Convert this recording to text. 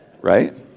right